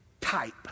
type